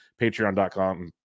patreon.com